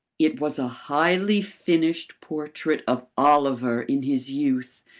it was a highly finished portrait of oliver in his youth,